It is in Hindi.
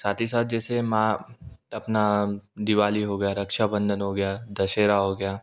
साथ ही साथ जैसे माँ अपना दीवाली हो गया रक्षाबंधन हो गया दशेहरा हो गया